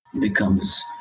becomes